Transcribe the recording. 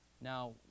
now